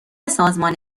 سازمان